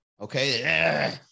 Okay